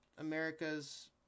America's